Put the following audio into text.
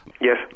Yes